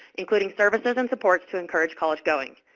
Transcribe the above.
including services and supports to encourage college going.